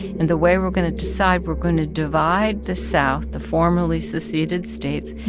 and the way we're going to decide we're going to divide the south, the formerly seceded states,